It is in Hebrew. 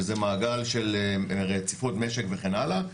שזה מעגל של רציפות משק וכן הלאה,